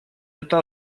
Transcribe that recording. это